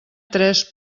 tres